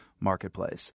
Marketplace